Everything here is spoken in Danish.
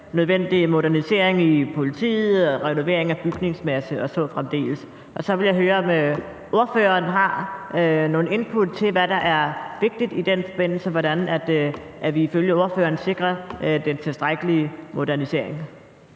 nødvendig modernisering af politiet, renovering af bygningsmasse og så fremdeles. Så vil jeg høre, om ordføreren har nogle input til, hvad der er vigtigt i den forbindelse, altså hvordan vi ifølge ordføreren sikrer den tilstrækkelige modernisering.